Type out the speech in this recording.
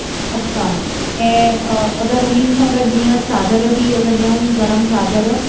अच्छा ऐं अगर उन्हनि सां गॾु जीअं छाधर बीअ अगरि ॾियूं गरम चाधर